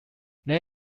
there